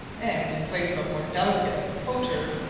and, in place of a more delicate pot-herb,